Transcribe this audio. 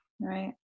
Right